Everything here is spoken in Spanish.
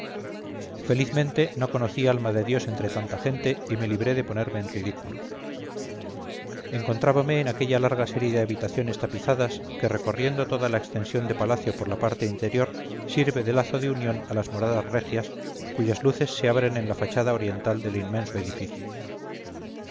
felizmente no conocí alma de dios entre tanta gente y me libré de ponerme en ridículo encontrábame en aquella larga serie de habitaciones tapizadas que recorriendo toda la extensión de palacio por la parte interior sirve de lazo de unión a las moradas regias cuyas luces se abren en la fachada oriental del inmenso edificio